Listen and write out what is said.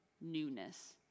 newness